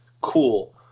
cool